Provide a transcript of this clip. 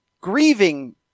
grieving